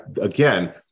again